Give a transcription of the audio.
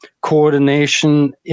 coordination